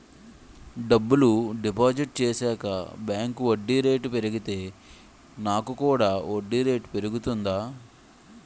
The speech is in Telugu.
డబ్బులు డిపాజిట్ చేశాక బ్యాంక్ వడ్డీ రేటు పెరిగితే నాకు కూడా వడ్డీ రేటు పెరుగుతుందా?